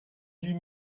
huit